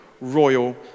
royal